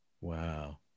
Wow